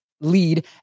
lead